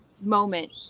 moment